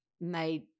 made